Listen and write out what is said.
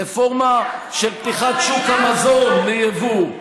רפורמה של פתיחת שוק המזון ליבוא,